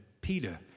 Peter